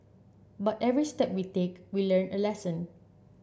but every step we take we learn a lesson